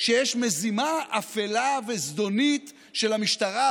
שיש מזימה אפלה וזדונית של המשטרה,